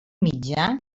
mitjà